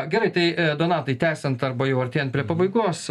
gerai tai donatai tęsiant arba jau artėjant prie pabaigos